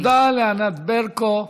תודה לענת ברקו.